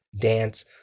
dance